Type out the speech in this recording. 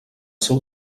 seu